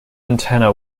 antenna